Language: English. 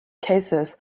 cases